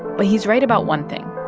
but he's right about one thing.